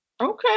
Okay